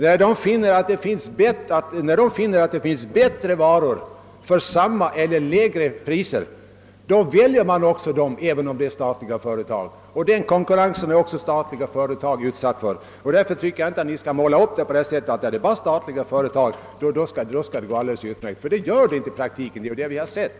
När konsumenterna märker att det finns bättre varor för samma eller lägre priser på annat håll väljer de också dessa varor. Den konkurrensen är också statliga företag utsatta för. Då borde ni inte måla bilder på det sättet ni gör: det skall gå alldeles utmärkt, bara det är statliga företag. Det gör det inte i praktiken; det är ju det vi har sett.